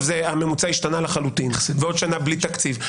הממוצע השתנה לחלוטין ועוד שנה בלי תקציב.